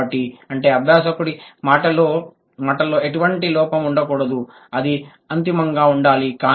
కాబట్టి అంటే అభ్యాసకుడి మాటల్లో ఎటువంటి లోపం ఉండకూడదు అది అంతిమంగా ఉండాలి